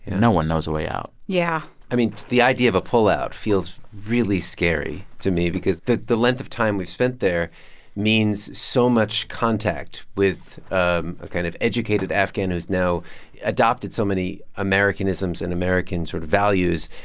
no one knows the way out yeah i mean, the idea of a pullout feels really scary to me because the the length of time we've spent there means so much contact with a kind of educated afghan who's now adopted so many americanisms and american sort of values.